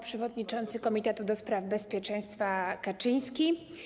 Przewodniczący Komitetu do Spraw Bezpieczeństwa Kaczyński!